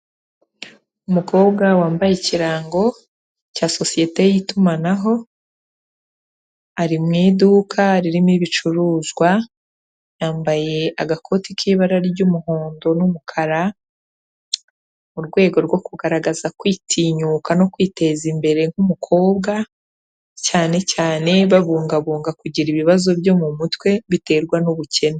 Umukobwa wambaye ikirango cya sosiyete y'itumanaho, ari mu iduka ririmo ibicuruzwa, yambaye agakoti k'ibara ry'umuhondo n'umukara mu rwego rwo kugaragaza kwitinyuka no kwiteza imbere nk'umukobwa, cyane cyane babungabunga kugira ibibazo byo mu mutwe biterwa n'ubukene.